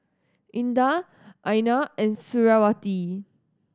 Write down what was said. Indah Aina and Suriawati